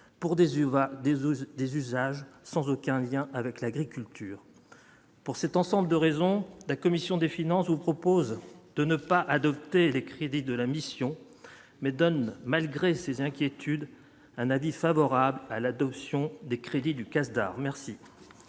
ou des usages sans aucun lien avec l'agriculture pour cet ensemble de raisons, la commission des finances, vous propose de ne pas adopter les crédits de la mission mais donne malgré ses inquiétudes, un avis favorable à l'adoption des crédits du CASDAR merci.